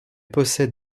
possède